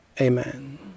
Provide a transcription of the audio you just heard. Amen